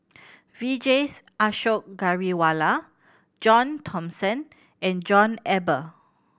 Vijesh Ashok Ghariwala John Thomson and John Eber